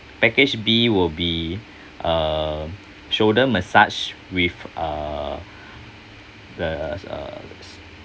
package B will be uh shoulder massage with uh the uh